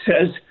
says